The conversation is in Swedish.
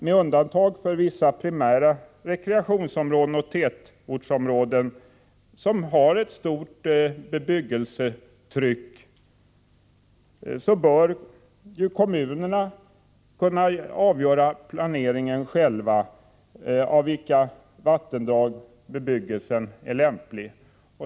Med undantag för vissa primära rekreationsområden och tätortsområden som har ett starkt bebyggelsetryck bör kommunerna själva kunna avgöra planeringen av vid vilka vattendrag bebyggelse är lämplig.